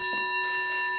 Það